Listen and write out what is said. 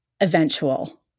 eventual